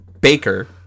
Baker